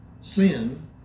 sin